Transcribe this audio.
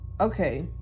okay